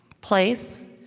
place